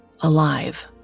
alive